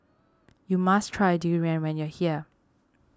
you must try Durian when you are here